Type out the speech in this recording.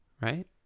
Right